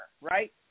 right